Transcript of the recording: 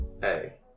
Hey